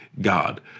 God